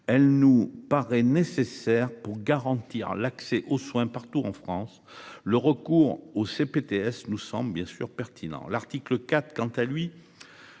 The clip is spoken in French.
elle nous paraît nécessaire pour garantir l'accès aux soins partout en France, le recours aux CPTS, nous sommes bien sûr pertinents. L'article 4, quant à lui.